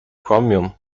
chromium